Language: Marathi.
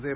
जे